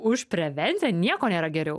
už prevenciją nieko nėra geriau